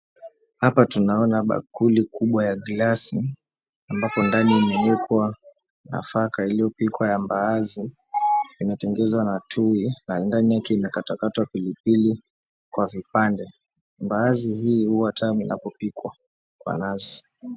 Hapa tunaona bakuli kubwa ya glasi ambapo ndani imewekwa nafaka iliyopikwa ya mbaazi inatengezwa na tui na ndani yake inakatakatwa pilipili kwa vipande. Mbaazi hii huwa tamu inapopikwa kwa nazi.